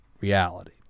reality